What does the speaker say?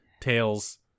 tails